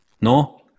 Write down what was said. No